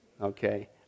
okay